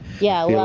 yeah,